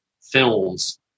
films